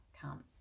comes